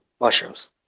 mushrooms